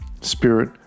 spirit